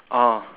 oh